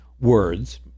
words